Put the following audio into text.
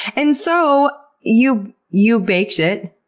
and so you you baked it,